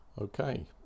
okay